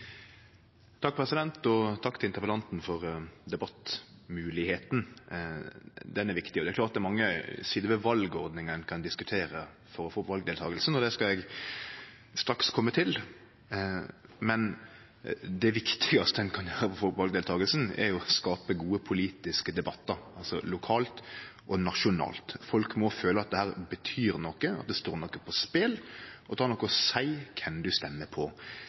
viktig. Det er mange sider ved valordninga ein kan diskutere for å få opp valdeltakinga, og det skal eg straks kome til. Men det viktigaste ein kan gjere for å få opp valdeltakinga, er jo å skape gode politiske debattar, lokalt og nasjonalt. Folk må føle at dette betyr noko, at det står noko på spel, at det har noko å seie kven ein stemmer på.